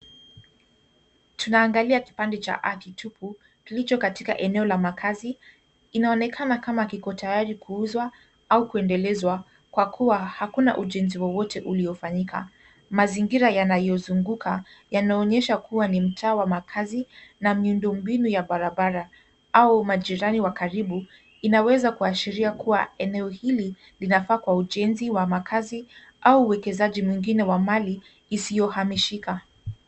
Tunaangalia kipande cha ardhi tupu kilicho katika eneo la makazi. Inaonekana kama kiko tayari kuuzwa au kuendelezwa kwa kuwa hakuna ujenzi wowote uliofanyika. Mazingira yanayozunguka yanaonyesha kuwa ni mtaa wa makazi na miundombinu ya barabara au majirani wa karibu. Inaweza kuashiria kuwa eneo hili linafaa kwa ujenzi wa makazi au uwekezaji mwingine wa mali isiyohamishika.